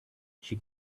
she